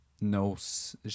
knows